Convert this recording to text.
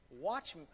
Watch